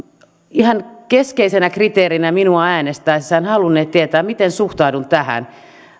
ihan keskeisenä kriteerinä minua äänestäessään halunneet tietää miten suhtaudun tähän